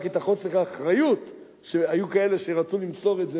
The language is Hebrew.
רק את חוסר האחריות שהיו כאלה שרצו למסור את זה,